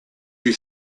you